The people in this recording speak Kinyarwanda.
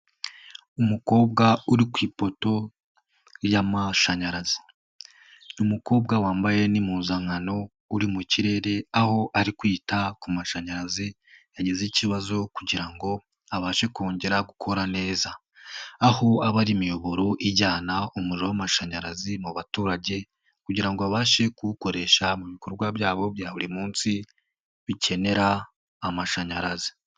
Umukobwa uri ku ipoto y'amashanyarazi, umukobwa wambaye n'impuzankano uri mu kirere, aho ari kwita ku mashanyarazi yagize ikibazo kugira ngo abashe kongera gukora neza, aho aba ari imiyoboro ijyana umuriro w'amashanyarazi mu baturage kugira ngo abashe kuwukoresha mu bikorwa byabo bya buri munsi bikenera amashanyarazi.